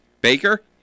Baker